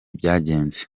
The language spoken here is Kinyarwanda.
byagenze